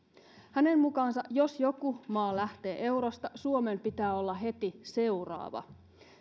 hänen mukaansa jos joku maa lähtee eurosta suomen pitää olla heti seuraava